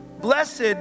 Blessed